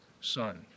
son